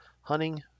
hunting